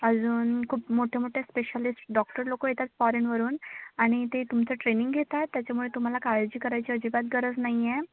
अजून खूप मोठे मोठे स्पेशालिस्ट डॉक्टर लोक येतात फॉरेनवरून आणि ते तुमचं ट्रेनिंग घेतात त्याच्यामुळे तुम्हाला काळजी करायची अजिबात गरज नाही आहे